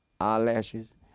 eyelashes